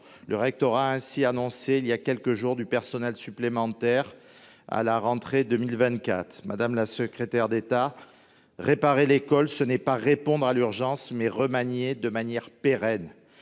Le rectorat a ainsi annoncé voilà quelques jours du personnel supplémentaire à la rentrée de 2024. Madame la secrétaire d’État, réparer l’école, c’est non pas répondre à l’urgence, mais remanier de manière pérenne.